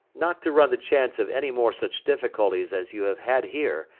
not to run the chance of any more such difficulties as you have had here,